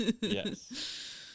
Yes